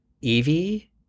Evie